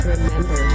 Remember